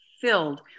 filled